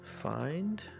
Find